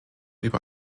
über